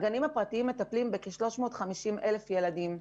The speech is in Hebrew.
הגנים הפרטיים מטפלים בכ-350,000 ילדים.